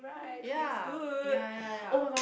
ya ya ya ya